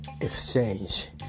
exchange